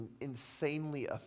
insanely